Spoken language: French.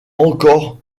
encore